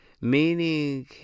meaning